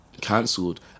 cancelled